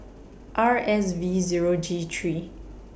R S V Zero G three